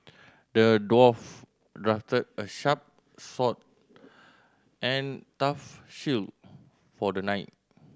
the dwarf crafted a sharp sword and tough shield for the knight